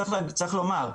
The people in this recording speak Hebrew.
צריך לומר,